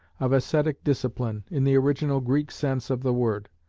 of ascetic discipline, in the original greek sense of the word.